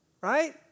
right